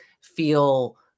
feel